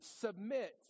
submit